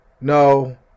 no